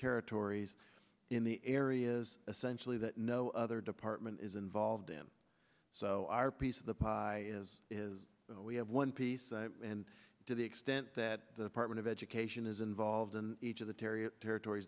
territories in the areas essentially that no other department is involved in so our piece of the pie as we have one piece and to the extent that apartment education is involved in each of the tarea territor